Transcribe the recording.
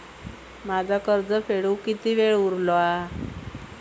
माझा कर्ज फेडुक किती वेळ उरलो हा?